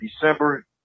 December